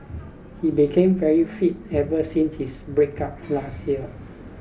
he became very fit ever since his breakup last year